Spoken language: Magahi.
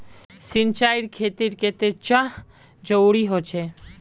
सिंचाईर खेतिर केते चाँह जरुरी होचे?